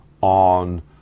on